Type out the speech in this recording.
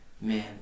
man